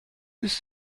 ist